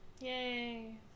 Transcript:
Yay